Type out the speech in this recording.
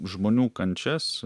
žmonių kančias